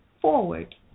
Forward